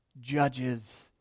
judges